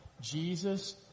Jesus